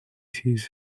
sees